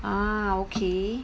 ah okay